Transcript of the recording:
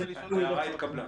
ההערה התקבלה.